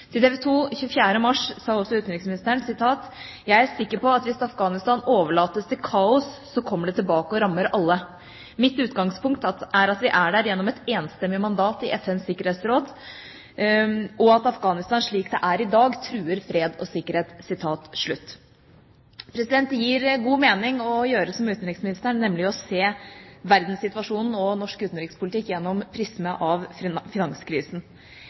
Til TV 2 24. mars sa også utenriksministeren: Jeg er sikker på at hvis Afghanistan overlates til kaos, kommer det tilbake og rammer alle. Mitt utgangspunkt er at vi er der gjennom et enstemmig mandat i FNs sikkerhetsråd, og at Afghanistan slik det er i dag, truer fred og sikkerhet. Det gir god mening å gjøre som utenriksministeren, nemlig å se verdenssituasjonen og norsk utenrikspolitikk gjennom prismet av finanskrisen.